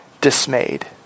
dismayed